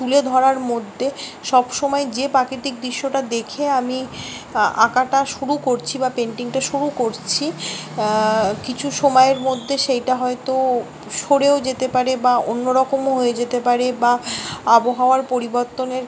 তুলে ধরার মধ্যে সব সময় যে প্রাকৃতিক দৃশ্যটা দেখে আমি আ আঁকাটা শুরু করছি বা পেইন্টিংটা শুরু করছি কিছু সময়ের মধ্যে সেইটা হয়তো সরেও যেতে পারে বা অন্য রকমও হয়ে যেতে পারে বা আবহাওয়ার পরিবর্তনের